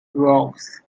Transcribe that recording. rocks